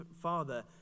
Father